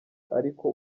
ariko